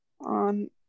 on